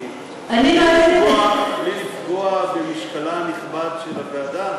כי בלי לפגוע במשקלה הנכבד של הוועדה,